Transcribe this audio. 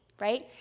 right